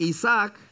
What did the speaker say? Isaac